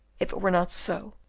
if it were not so,